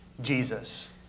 Jesus